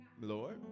Lord